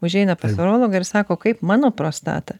užeina pas urologą ir sako kaip mano prostata